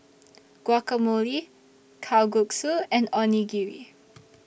Guacamole Kalguksu and Onigiri